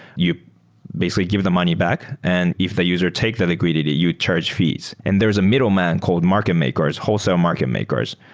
you basically give the money back and if the user take the liquidity, you charge fees. and there is a middleman called market makers, wholesale market makers.